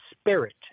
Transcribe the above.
spirit